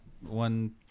one